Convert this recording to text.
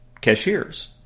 cashiers